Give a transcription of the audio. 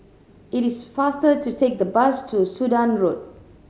it is faster to take the bus to Sudan Road